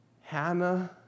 Hannah